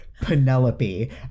Penelope